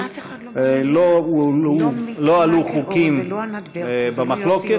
לא עלו חוקים במחלוקת,